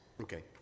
Okay